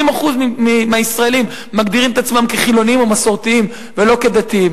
80% מהישראלים מגדירים את עצמם כחילונים או מסורתיים ולא כדתיים.